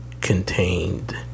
contained